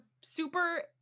super